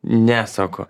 ne sako